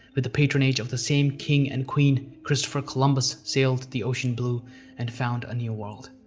with the patronage of the same king and queen, christopher columbus sailed the ocean blue and found a new world.